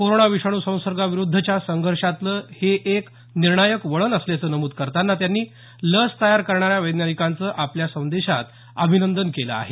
corona विषाणू संसर्गाविरुध्दच्या संघर्षातलं हे एक निर्णायक वळण असल्याचं नमूद करताना त्यांनी लस तयार करणाऱ्या वैज्ञानिकांचं आपल्या संदेशात अभिनंदन केलं आहे